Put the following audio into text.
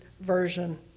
version